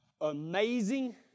amazing